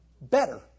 Better